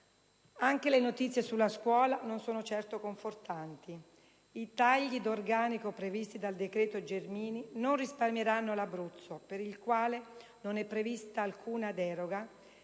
Anche le notizie sulla scuola non sono certo confortanti: i tagli di organico previsti dal decreto Gelmini non risparmieranno l'Abruzzo, per il quale non è prevista alcuna deroga,